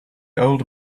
old